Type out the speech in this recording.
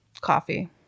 Coffee